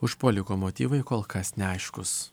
užpuoliko motyvai kol kas neaiškūs